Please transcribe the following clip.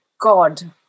God